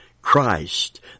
Christ